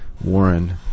Warren